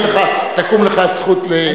תקום לך הזכות להגיב.